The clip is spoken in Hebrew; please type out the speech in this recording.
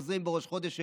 שחוזרים בראש חודש אלול.